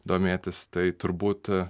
domėtis tai turbūt